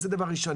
זה דבר ראשון.